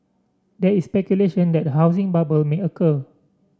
there is speculation that a housing bubble may occur